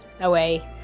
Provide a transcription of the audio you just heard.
away